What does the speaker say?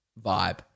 vibe